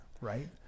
Right